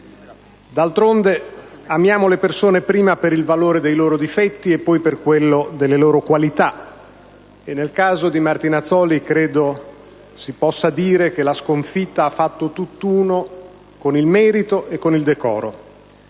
D'altronde amiamo le persone prima per il valore dei loro difetti e poi per quello delle loro qualità. Credo che nel caso di Martinazzoli si possa dire che la sconfitta ha fatto tutt'uno con il merito e con il decoro.